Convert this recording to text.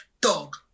Dog